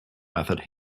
method